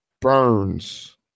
burns